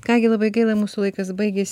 ką gi labai gaila mūsų laikas baigės